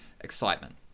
excitement